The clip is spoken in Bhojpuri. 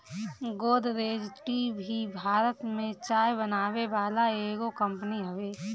गोदरेज टी भी भारत में चाय बनावे वाला एगो कंपनी हवे